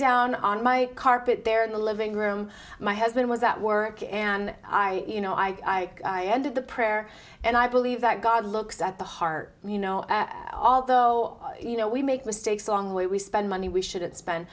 down on my carpet there in the living room my husband was at work and i you know i did the prayer and i believe that god looks at the heart you know although you know we make mistakes along the way we spend money we shouldn't spen